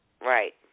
Right